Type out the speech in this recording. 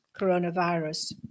coronavirus